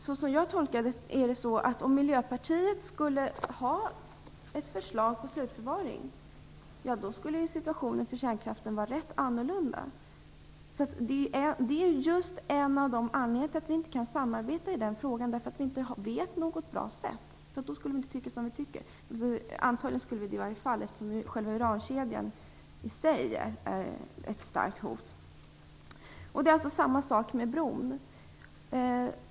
Som jag tolkar det skulle situationen för kärnkraften vara rätt annorlunda om Miljöpartiet skulle ha ett förslag till slutförvaring. Det är just en av anledningarna till att vi inte kan samarbeta i den frågan, vi vet inte något bra sätt. Visste vi det skulle vi inte tycka som vi gör. Antagligen skulle vi det i varje fall, eftersom själva urankedjan i sig är ett starkt hot. Det är alltså samma sak med bron.